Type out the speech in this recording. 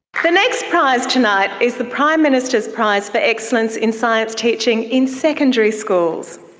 the next prize tonight is the prime minister's prize for excellence in science teaching in secondary schools.